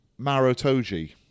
Marotoji